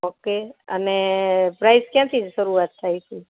okay અને price ક્યાંથી શરૂઆત થાયે છે